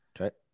Okay